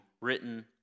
written